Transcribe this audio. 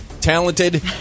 talented